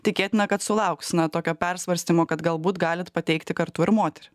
tikėtina kad sulauksime tokio persvarstymo kad galbūt galite pateikti kartu ir moterį